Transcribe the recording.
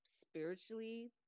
spiritually